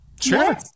sure